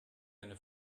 eine